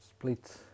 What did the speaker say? Split